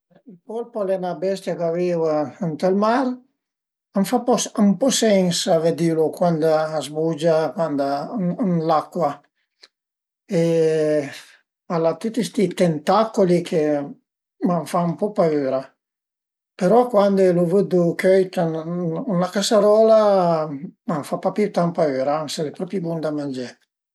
Ël polpo al e 'na bestia ch'a vìu ënt ël mar, a m'fa ën po sens a vedilu cuand a s'bugia, cuand a ën l'acua e al a tüti sti tentacoli che a m'fan ën po paüra, però cuand lu vedu cöit ën la casarola a më fa papì tant paüra, ansi al e propi bun da mangé